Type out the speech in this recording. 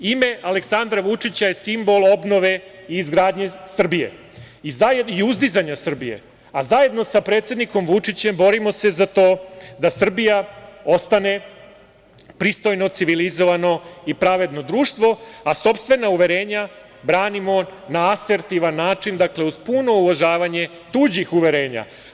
Ime Aleksandra Vučića je simbol obnove, izgradnje i uzdizanje Srbije, a zajedno sa predsednikom Vučićem borimo se za to da Srbija ostane pristojno, civilizovano i pravedno društvo, a sopstvena uverenja branimo na asertivan način, dakle uz puno uvažavanje tuđih uverenja.